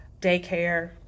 daycare